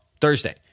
Thursday